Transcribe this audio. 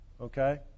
Okay